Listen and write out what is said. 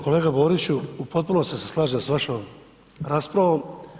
Kolega Boriću, u potpunosti se slažem s vašom raspravom.